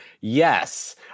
Yes